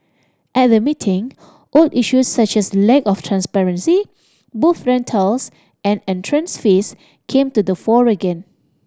at the meeting old issues such as lack of transparency booth rentals and entrance fees came to the fore again